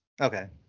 Okay